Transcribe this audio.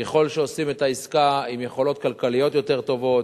ככל שעושים את העסקה עם יכולות כלכליות יותר טובות,